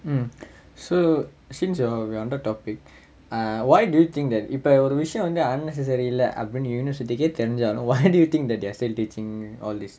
mm so since your we're on the topic ah why do you think that இப்ப ஒரு விஷயம் வந்து:ippa oru vishayam vanthu unnecessary இல்ல அப்படின்னு:illa appadinnu univeristy கே தெரிஞ்சாலும்:kae therinjaalum why do you think that they are still teaching all these